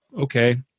okay